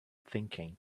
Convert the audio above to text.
thinking